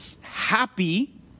happy